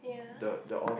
yeah